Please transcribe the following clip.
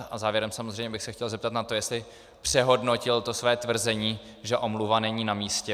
A závěrem samozřejmě bych se chtěl zeptat na to, jestli přehodnotil to své tvrzení, že omluva není namístě.